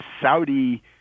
Saudi